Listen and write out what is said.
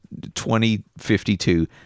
2052